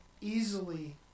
easily